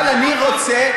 אבל אני רוצה,